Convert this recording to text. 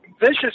vicious